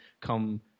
come